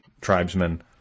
tribesmen